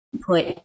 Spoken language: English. put